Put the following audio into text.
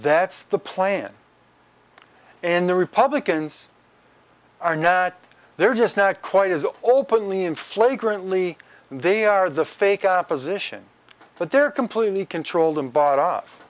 that's the plan and the republicans are now they're just not quite as openly and flagrantly and they are the fake opposition but they're completely controlled and bought off